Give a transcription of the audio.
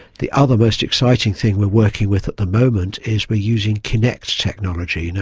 the other most exciting thing we are working with at the moment is we are using kinect technology. you know